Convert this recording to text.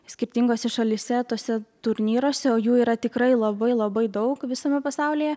skirtingose šalyse tuose turnyruose o jų yra tikrai labai labai daug visame pasaulyje